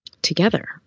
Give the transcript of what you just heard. together